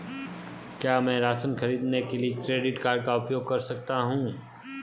क्या मैं राशन खरीदने के लिए क्रेडिट कार्ड का उपयोग कर सकता हूँ?